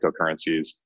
cryptocurrencies